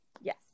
Yes